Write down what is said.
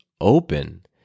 open